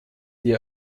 die